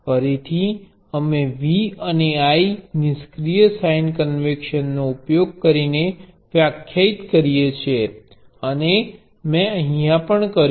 ફરીથી અમે V અને I નિષ્ક્રિય સાઇન કન્વેન્શનનો ઉપયોગ કરીને વ્યાખ્યાયિત કરીએ છીએ અને મેં કર્યો